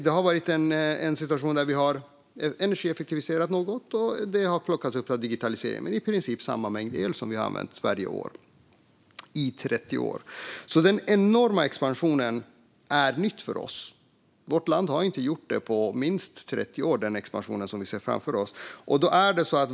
Det har varit en situation där vi har energieffektiviserat något och där det har plockats upp av digitalisering, men i princip har vi använt samma mängd el varje år i 30 år. Den enorma expansionen är någonting nytt för oss. Vårt land har inte på minst 30 år gjort den expansion som vi ser framför oss.